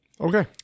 Okay